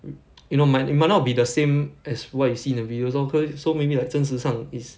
you know migh~ it might not be the same as what you see in the videos lor caus~ so maybe like 真实上 is